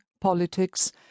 politics